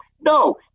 No